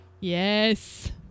Yes